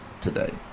today